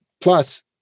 Plus